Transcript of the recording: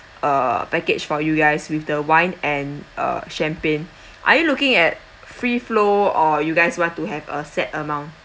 uh package for you guys with the wine and uh champagne are you looking at free flow or you guys want to have a set amount